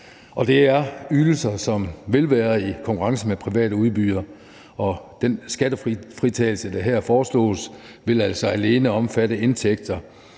Det er ydelser, som vil være i konkurrence med private udbydere, og den skattefritagelse, der her foreslås, vil altså alene omfatte indtægter